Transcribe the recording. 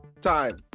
Time